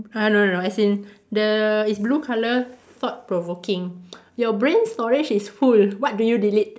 uh no no no as in the it's blue colour thought provoking your brain storage is full what do you delete